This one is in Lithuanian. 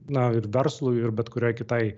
na ir verslui ir bet kuriai kitai